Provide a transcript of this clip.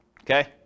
Okay